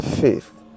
Faith